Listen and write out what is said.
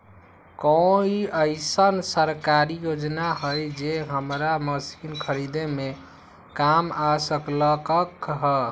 कोइ अईसन सरकारी योजना हई जे हमरा मशीन खरीदे में काम आ सकलक ह?